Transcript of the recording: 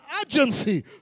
urgency